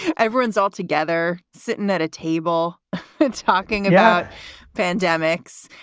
everyone's all together sitting at a table talking about pandemics,